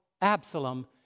Absalom